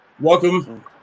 welcome